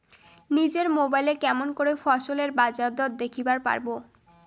নিজের মোবাইলে কেমন করে ফসলের বাজারদর দেখিবার পারবো?